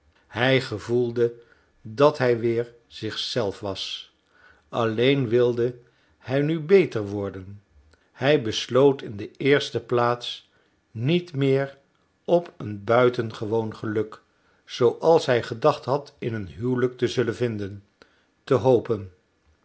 hij gevoelde dat hij weer zich zelf was alleen wilde hij nu beter worden hij besloot in de eerste plaats niet meer op een buitengewoon geluk zooals hij gedacht had in een huwelijk te zullen vinden te hopen